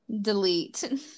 Delete